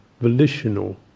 volitional